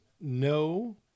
no